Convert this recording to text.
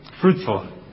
fruitful